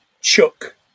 Chuck